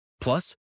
Plus